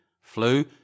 flew